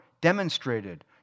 demonstrated